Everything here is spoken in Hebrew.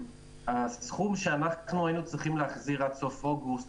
הסכום שאנחנו היינו צריכים להחזיר עד סוף אוגוסט